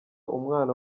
umwana